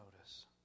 notice